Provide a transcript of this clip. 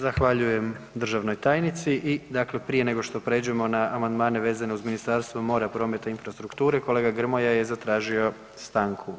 Zahvaljujem državnoj tajnici i dakle prije nego što prijeđemo na amandmane vezane uz Ministarstvo mora, prometa i infrastrukture kolega Grmoja je zatražio stanku.